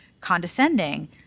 condescending